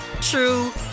true